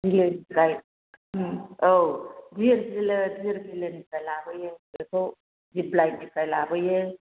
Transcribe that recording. बिलोनिखाय औ बेयो बिलो दिहिर बिलोनिफ्राय लाबोयो बिसोरखौ दिब्लायनिफ्राय लाबोयो